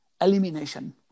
elimination